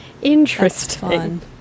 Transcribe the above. Interesting